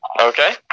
Okay